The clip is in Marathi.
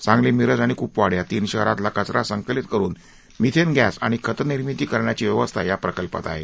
सांगली मिरज आणि कुपवाड या तीन शहरातला कचरा संकलित करून मिथेन गॅस आणि खत निर्मिती करण्याची व्यवस्था या प्रकल्पात आहे